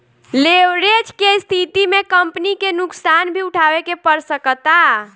leverage के स्थिति में कंपनी के नुकसान भी उठावे के पड़ सकता